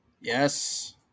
Yes